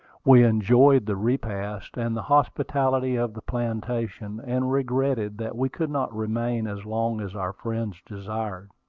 we enjoyed the repast and the hospitality of the plantation, and regretted that we could not remain as long as our friends desired.